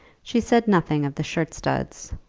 she said nothing of the shirt-studs,